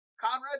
conrad